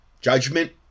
judgment